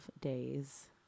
days